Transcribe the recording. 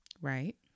Right